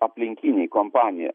aplinkiniai kompanija